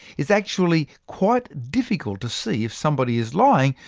it's actually quite difficult to see if somebody is lying,